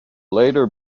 later